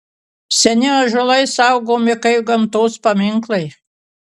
seni ąžuolai saugomi kaip gamtos paminklai